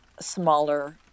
smaller